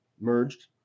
merged